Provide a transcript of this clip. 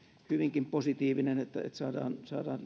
hyvinkin positiivinen saadaan